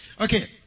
Okay